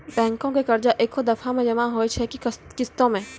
Bank के कर्जा ऐकै दफ़ा मे जमा होय छै कि किस्तो मे?